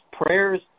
prayers